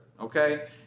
okay